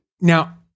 Now